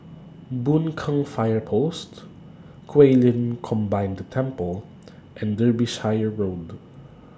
Boon Keng Fire Post Guilin Combined Temple and Derbyshire Road